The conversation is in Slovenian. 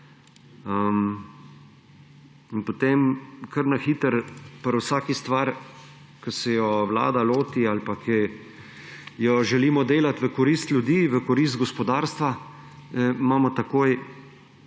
In potem kar na hitro pri vsaki stvari, ki se jo Vlada loti ali pa, ki jo želimo delati v korist ljudi, v korist gospodarstva, imamo takoj